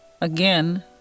again